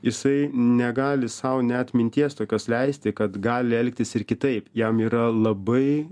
jisai negali sau net minties tokios leisti kad gali elgtis ir kitaip jam yra labai